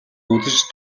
үзэж